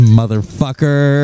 motherfucker